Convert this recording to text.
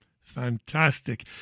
Fantastic